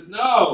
no